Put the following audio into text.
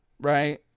Right